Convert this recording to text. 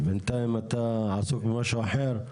בינתיים אתה עסוק במשהו אחר.